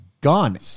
gone